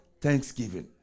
Thanksgiving